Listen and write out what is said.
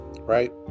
right